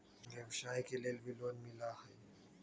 व्यवसाय के लेल भी लोन मिलहई?